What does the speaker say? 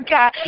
God